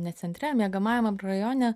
ne centre miegamajam rajone